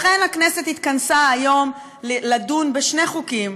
לכן הכנסת התכנסה היום לדון בשני חוקים: